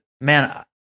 man